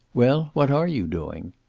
well, what are you doing?